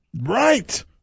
Right